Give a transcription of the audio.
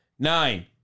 Nine